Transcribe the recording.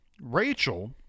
Rachel